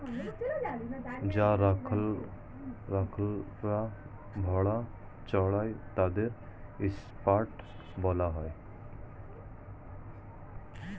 যে রাখালরা ভেড়া চড়ায় তাদের শেপার্ড বলা হয়